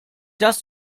das